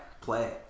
play